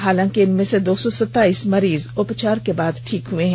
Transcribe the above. हालांकि इनमें से दो सौ सताइस मरीज उपचार के बाद ठीक हो चुके हैं